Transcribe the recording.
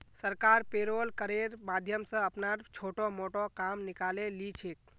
सरकार पेरोल करेर माध्यम स अपनार छोटो मोटो काम निकाले ली छेक